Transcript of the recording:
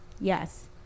yes